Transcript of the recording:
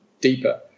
deeper